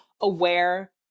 aware